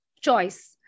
choice